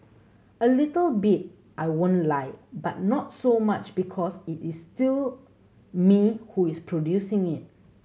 a little bit I won't lie but not so much because it is still me who is producing it